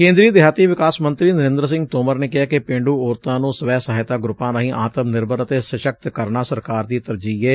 ਕੇਂਦਰੀ ਦਿਹਾਤੀ ਵਿਕਾਸ ਮੰਤਰੀ ਨਰੇਂਦਰ ਸਿੰਘ ਤੋਮਰ ਨੇ ਕਿਹੈ ਕਿ ਪੇਂਡੁ ਔਰਤਾਂ ਨੂੰ ਸਵੈ ਸਹਾਇਤਾ ਗਰੁੱਪਾਂ ਰਾਹੀ ਆਤਮ ਨਿਰਭਰ ਅਤੇ ਸਸਕਤ ਕਰਨਾ ਸਰਕਾਰ ਦੀ ਤਰਜੀਹ ਏ